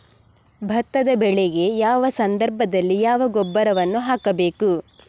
ಭತ್ತದ ಬೆಳೆಗೆ ಯಾವ ಸಂದರ್ಭದಲ್ಲಿ ಯಾವ ಗೊಬ್ಬರವನ್ನು ಹಾಕಬೇಕು?